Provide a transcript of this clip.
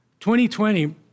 2020